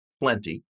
plenty